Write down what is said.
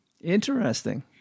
Interesting